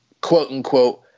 quote-unquote